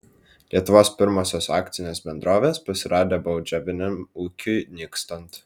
lietuvos pirmosios akcinės bendrovės pasirodė baudžiaviniam ūkiui nykstant